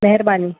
महिरबानी